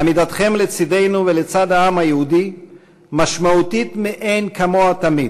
עמידתכם לצדנו ולצד העם היהודי משמעותית מאין-כמוה תמיד,